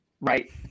right